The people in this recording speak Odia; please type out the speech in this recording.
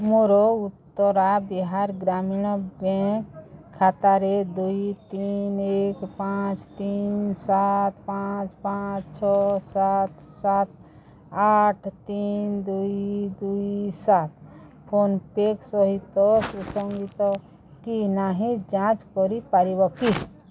ମୋର ଉତ୍ତର ବିହାର ଗ୍ରାମୀଣ ବ୍ୟାଙ୍କ୍ ଖାତା ଦୁଇ ତିନି ଏକ ପାଞ୍ଚ ତିନି ସାତ ପାଞ୍ଚ ପାଞ୍ଚ ଛଅ ସାତ ସାତ ଆଠ ତିନି ଦୁଇ ଦୁଇ ସାତ ଫୋନ୍ପେ' ସହିତ ସୁସଙ୍ଗତ କି ନାହିଁ ଯାଞ୍ଚ କରିପାରିବ କି